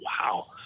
wow